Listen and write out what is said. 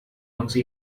once